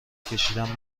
کشیدن